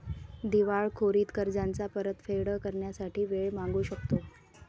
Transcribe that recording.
दिवाळखोरीत कर्जाची परतफेड करण्यासाठी वेळ मागू शकतो